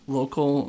local